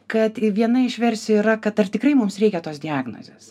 kad viena iš versijų yra kad ar tikrai mums reikia tos diagnozės